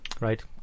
right